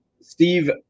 Steve